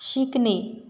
शिकणे